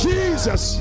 Jesus